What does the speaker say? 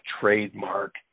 trademark